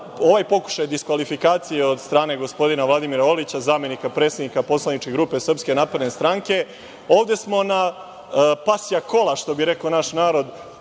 ovaj pokušaj diskvalifikacije od strane gospodina Vladimira Orlića zamenika predsednika poslaničke grupe Srpske Napredne Stranke, ovde smo na „pasija kola“, što bi rekao naš narod,